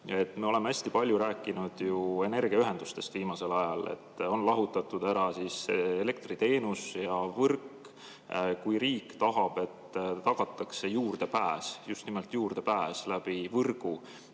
Me oleme hästi palju rääkinud ju energiaühendustest viimasel ajal, et on lahutatud ära elektriteenus ja võrk. Kui riik tahab, et tagatakse majapidamisele juurdepääs, just nimelt juurdepääs võrgu